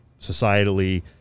societally